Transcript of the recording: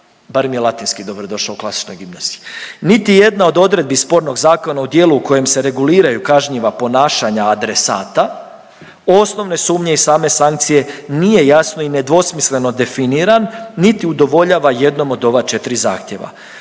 bar mi je latinski dobrodošao u klasičnoj gimnaziji, niti jedna od odredbi spornog zakona u dijelu u kojem se reguliraju kažnjiva ponašanja adresata osnovne sumnje i same sankcije nije jasno i nedvosmisleno definiran niti udovoljava jednom od ova četri zahtjeva.